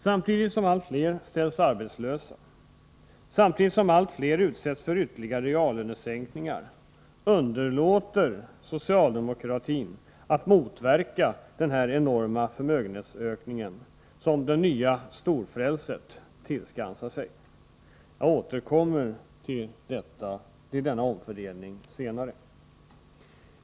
Samtidigt som allt fler ställs arbetslösa, samtidigt som allt fler utsätts för ytterligare reallönesänkningar, underlåter socialdemokratin att motverka den enorma förmögenhetsökning som ”det nya storfrälset” tillskansar sig. Jag återkommer till denna omfördelning senare.